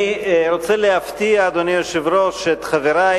אני רוצה להפתיע, אדוני היושב-ראש, את חברי